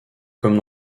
comme